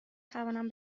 توانم